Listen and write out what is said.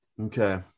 okay